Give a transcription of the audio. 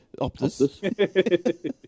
Optus